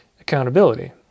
accountability